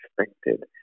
expected